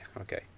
okay